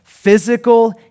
Physical